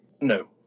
No